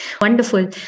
wonderful